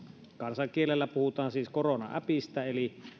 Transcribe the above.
kansankielellä puhutaan siis koronaäpistä eli